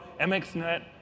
MXNet